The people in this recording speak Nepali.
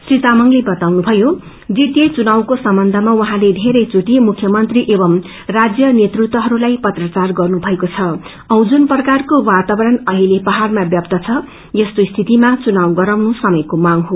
श्री तामंगले क्ताउनुभयो जीटिए चुनावको सम्बन्धमा उझँले वेरै चराष्टि मुख्यमंत्री एवं राज्य नेतृत्वहरूलाई पत्राचार गर्नुभएको छ औ जुन प्रकारको वातावरण अहिले पाहाइमा व्याप्त छ यस्तो स्थितिमा चुनाव गराउनु समयको मांग हो